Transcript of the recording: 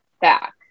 back